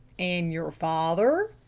and your father?